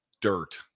dirt